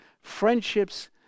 friendships